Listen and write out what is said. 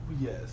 Yes